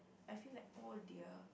I feel like oh dear